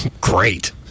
great